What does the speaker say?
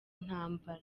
ntambara